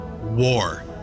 war